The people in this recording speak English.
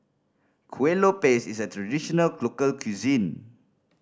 Kuih Lopes is a traditional local cuisine